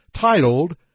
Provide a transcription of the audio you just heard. titled